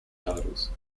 titles